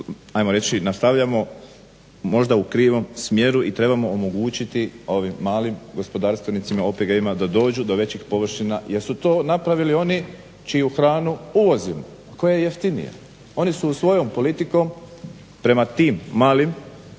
ajmo reći nastavljamo možda u krivom smjeru i trebamo omogućiti ovim malim gospodarstvenicima, OPG-ima da dođu do većih površina jer su to napravili oni čiju hranu uvozimo koja je jeftinija. Oni su svojom politikom prema tim malim gospodarstvenicima